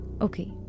Okay